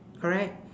correct